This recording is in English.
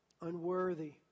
unworthy